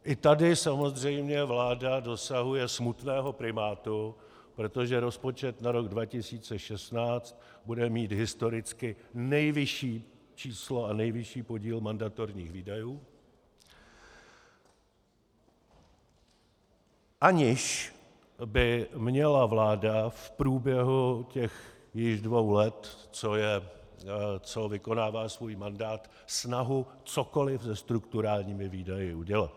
I tady samozřejmě vláda dosahuje smutného primátu, protože rozpočet na rok 2016 bude mít historicky nejvyšší číslo a nejvyšší podíl mandatorních výdajů, aniž by měla vláda v průběhu těch již dvou let, co vykonává svůj mandát, snahu cokoliv se strukturálními výdaji udělat.